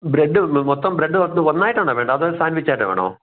bread മൊത്തം bread മൊത്തം ഒന്നായിട്ടാണോ വേണ്ടത് അതോ സാൻ്റ്വിച്ചായിട്ട് വേണോ